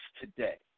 today